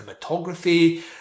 cinematography